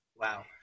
Wow